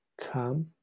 come